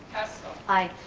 hessel i.